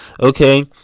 okay